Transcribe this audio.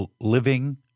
living